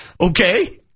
Okay